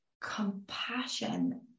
compassion